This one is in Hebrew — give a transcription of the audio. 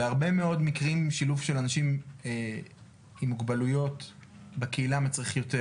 בהרבה מאוד מקרים שילוב של אנשים עם מוגבלויות בקהילה מצריך יותר.